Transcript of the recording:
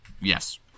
Yes